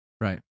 Right